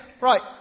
right